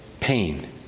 pain